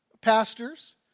pastors